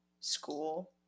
school